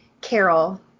Carol